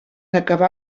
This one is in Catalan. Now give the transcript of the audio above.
acabar